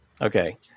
Okay